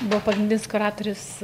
buvo pagrindinis kuratorius